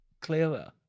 clearer